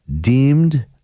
Deemed